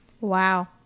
Wow